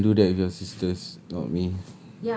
ya you can do that with your sisters not me